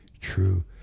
true